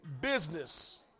business